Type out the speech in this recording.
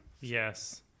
yes